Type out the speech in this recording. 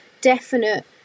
definite